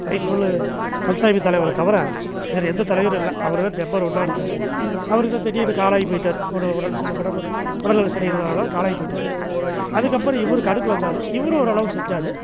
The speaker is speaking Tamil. ரைஸ்மில்லு கந்தசாமி தலைவரை தவிர வேறு எந்த தலைவரும் இல்லை அவர்தான் நம்பர் ஒன்றா இருந்தார் அவருக்கு தான் திடீர்னு காலம் ஆகி போயிட்டார் ஒட உடம்பு சரியில்லை உடம்பு உடல்நில சரியில்லாதனால் காலம் ஆகி போயிட்டார் அதுக்கப்புறம் இவர் கடுக்கு வந்தார் இவரும் ஓரளவுக்கு செஞ்சார்